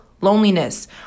loneliness